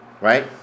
right